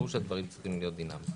ברור שהדברים צריכים להיות דינמיים.